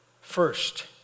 First